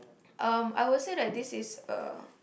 um I would say that this is a